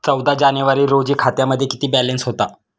चौदा जानेवारी रोजी खात्यामध्ये किती बॅलन्स होता?